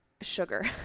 sugar